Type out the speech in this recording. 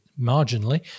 marginally